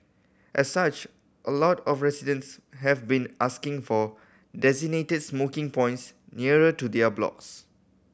as such a lot of residents have been asking for designated smoking points nearer to their blocks